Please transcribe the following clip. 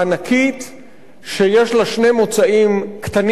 שיש לה שני מוצאים קטנים מאוד לאוקיינוס: האחד,